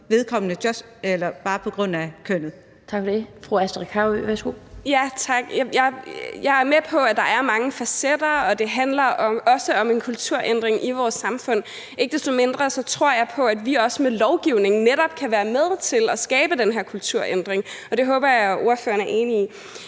Tak for det. Fru Astrid Carøe, værsgo. Kl. 16:47 Astrid Carøe (SF): Tak. Jeg er med på, at der er mange facetter, og at det også handler om en kulturændring i vores samfund. Ikke desto mindre tror jeg på, at vi også med lovgivning netop kan være med til at skabe den her kulturændring, og det håber jeg ordføreren er enig i.